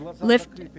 Lift